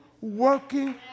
working